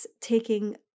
taking